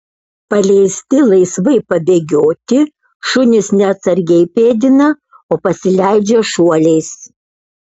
paleisti laisvai pabėgioti šunys ne atsargiai pėdina o pasileidžia šuoliais